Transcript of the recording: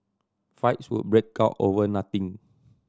fights would break out over nothing